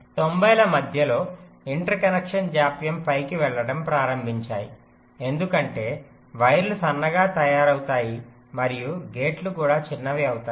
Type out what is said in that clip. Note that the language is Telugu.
90 ల మధ్యలో ఇంటర్ కనెక్షన్ జాప్యం పైకి వెళ్ళడం ప్రారంభించాయి ఎందుకంటే వైర్లు సన్నగా తయారవుతాయి మరియు గేట్లు కూడా చిన్నవి అవుతాయి